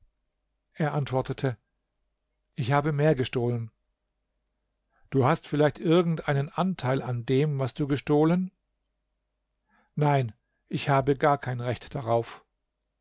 er antwortete ich habe mehr gestohlen du hast vielleicht irgend einen anteil an dem was du gestohlen nein ich habe gar kein recht darauf